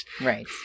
Right